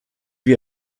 wie